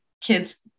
kids